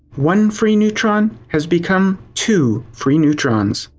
one free neutron has become two free neutrons.